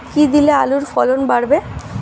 কী দিলে আলুর ফলন বাড়বে?